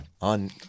On